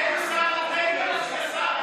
תעשה הפסקה.